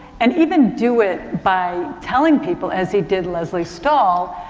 and even do it by telling people, as he did leslie stahl,